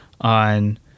on